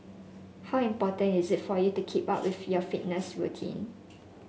how important is it for you to keep up with your fitness routine